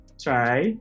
try